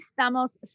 estamos